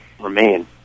remain